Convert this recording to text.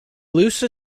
loose